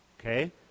okay